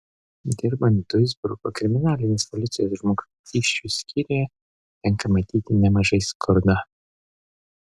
dirbant duisburgo kriminalinės policijos žmogžudysčių skyriuje tenka matyti nemažai skurdo